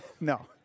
No